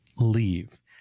leave